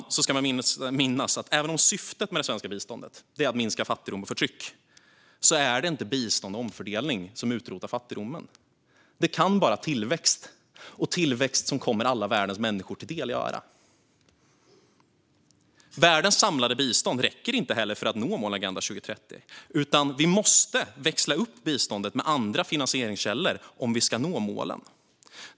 Vidare ska vi minnas att även om syftet med det svenska biståndet är att minska fattigdom och förtryck kan inte bistånd eller omfördelning utrota fattigdomen. Bara tillväxt kan åstadkomma det - tillväxt som kommer alla världens människor till del. Världens samlade bistånd räcker inte för att nå målen i Agenda 2030, utan vi måste växla upp biståndet med andra finansieringskällor om vi ska nå målen.